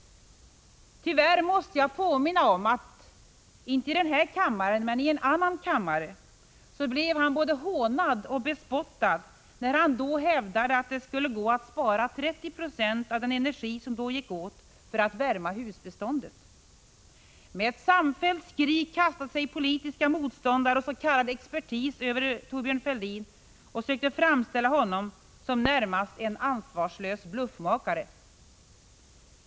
Tyvärr måste jag påminna om att han inte i denna kammare men väl i en annan kammare blev både hånad och bespottad när han hävdade att det skulle gå att spara 30 26 av den energi som då gick åt till uppvärmning av husbeståndet. Med ett samfällt skri kastade sig politiska motståndare och s.k. expertis över Thorbjörn Fälldin och försökte framställa honom som en närmast ansvarslös bluffmakare.